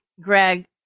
Greg